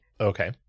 okay